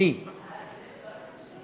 ההסתייגות (7)